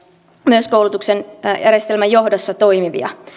myös koulutuksen järjestelmän johdossa toimivia